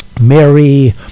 Mary